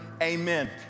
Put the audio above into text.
Amen